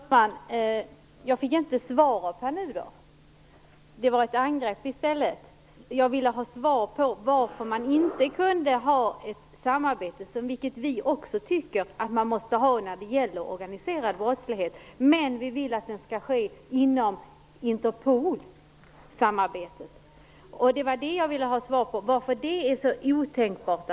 Herr talman! Jag fick inte något svar av Pär Nuder. Han gick till angrepp i stället. Jag ville ha svar på min fråga om samarbete. Vi tycker också att man måste ha samarbete när det gäller organiserad brottslighet, men vi vill att det skall ske inom Interpol. Jag ville ha svar på varför det är så otänkbart.